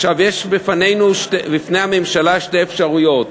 עכשיו, יש בפני הממשלה שתי אפשרויות.